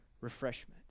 refreshment